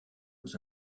aux